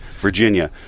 Virginia